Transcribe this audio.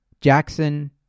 Jackson